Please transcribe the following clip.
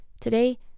today